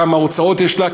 כמה הוצאות יש לה,